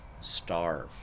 starve